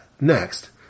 next